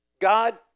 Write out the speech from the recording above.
God